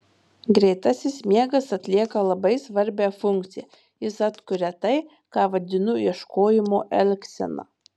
greitasis miegas atlieka labai svarbią funkciją jis atkuria tai ką vadinu ieškojimo elgsena